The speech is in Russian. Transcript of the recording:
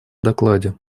докладе